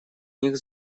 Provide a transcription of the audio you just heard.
них